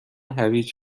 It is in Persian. هویج